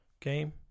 game